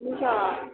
हुन्छ